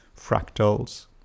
fractals